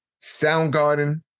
Soundgarden